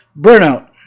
Burnout